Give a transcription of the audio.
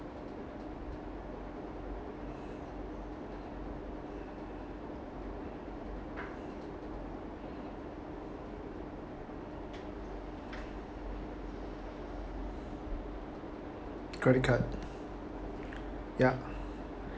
credit card ya